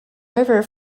river